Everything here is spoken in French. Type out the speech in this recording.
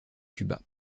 cuba